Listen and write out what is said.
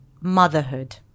motherhood